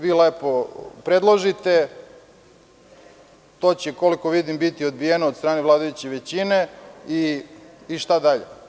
Vi lepo predložite, to će, koliko vidim, biti odbijeno od strane vladajuće većine i šta dalje?